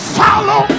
follow